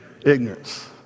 Ignorance